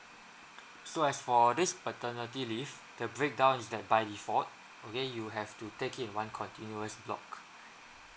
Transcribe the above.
so as for this paternity leave the breakdown is that by default okay you have to take in one continuous block